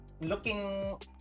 looking